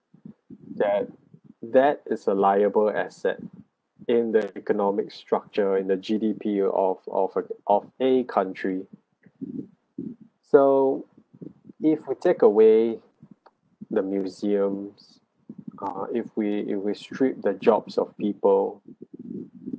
that that is a liable asset in the economic structure in the G_D_P of of a~ of any country so if we take away the museums ah if we if we stripped the jobs of people